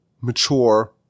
mature